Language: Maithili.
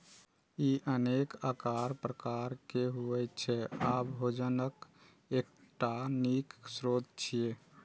ई अनेक आकार प्रकार के होइ छै आ भोजनक एकटा नीक स्रोत छियै